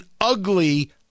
ugly